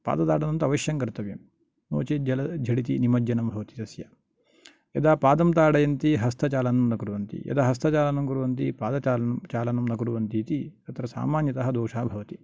पादताडनं तु अवश्यं कर्तव्यं नो चेत् जले झटिति निमज्जनं भवति तस्य यदा पादं ताडयन्ति हस्तचालनं न कुर्वन्ति यदा हस्तचालनं कुर्वन्ति पाद ता चालनं न कुर्वन्ति इति तत्र सामान्यतया दोषाः भवति